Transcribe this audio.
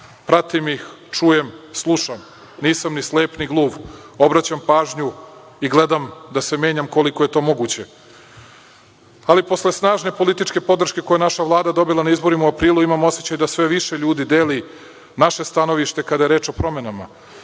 pratim ih, čujem, slušam. Nisam ni slep ni gluv, obraćam pažnju i gledam da se menjam koliko je to moguće. Ali, posle snažne političke podrške koje je naša Vlada dobila na izborima u aprilu, imam osećaj da sve više ljudi deli naše stanovište kada je reč o promenama,